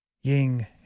Ying